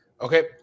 Okay